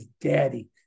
daddy